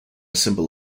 symbol